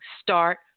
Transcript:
Start